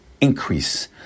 increase